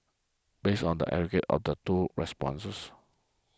based on the aggregate of the do responses